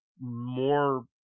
more